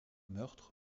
meurtres